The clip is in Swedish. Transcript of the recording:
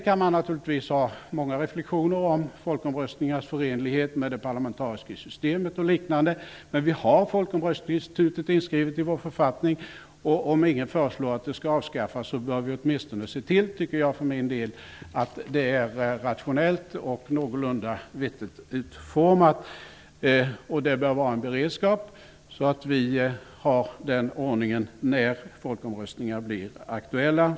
Man kan naturligtvis göra många olika reflexioner om folkomröstningars förenlighet med det parlamentariska systemet och liknande. Men folkomröstningsinstitutet är inskrivet i vår författning, och om ingen föreslår att det skall avskaffas bör vi åtminstone se till att det är rationellt och någorlunda vettigt utformat. Det bör finnas en beredskap så att vi har ordningen klar för oss.